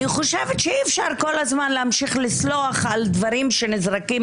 אני חושבת שאי-אפשר כל הזמן להמשיך לסלוח על דברים שנזרקים